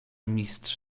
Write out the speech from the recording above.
mistrz